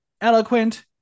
eloquent